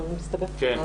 אנחנו